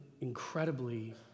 incredibly